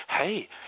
Hey